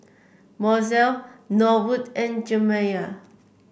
Mozell Norwood and Jeremiah